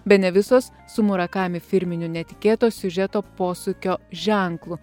bene visos su murakami firminiu netikėto siužeto posūkio ženklu